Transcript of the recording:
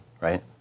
right